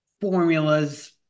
formulas